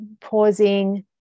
pausing